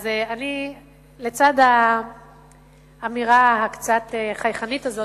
אז לצד האמירה הקצת-חייכנית הזאת,